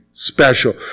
Special